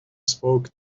spoke